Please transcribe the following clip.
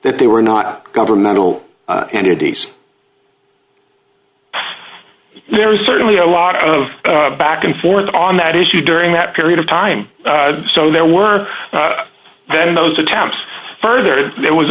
that they were not governmental entities there was certainly a lot of back and forth on that issue during that period of time so there were then those attempts furthered it was